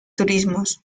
turismos